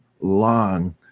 long